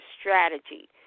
strategy